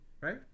right